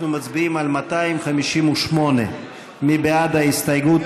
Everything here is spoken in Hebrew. אנחנו מצביעים על 258. מי בעד ההסתייגות?